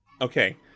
Okay